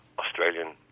Australian